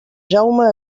jaume